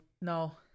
No